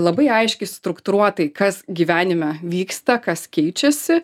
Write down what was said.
labai aiškiai struktūruotai kas gyvenime vyksta kas keičiasi